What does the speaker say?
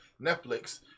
Netflix